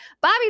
Bobby